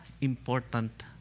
important